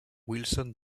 wilson